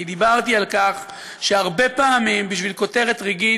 אני דיברתי על כך שהרבה פעמים, בשביל כותרת רגעית,